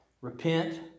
Repent